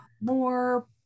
more